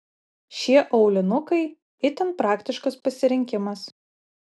šie aulinukai itin praktiškas pasirinkimas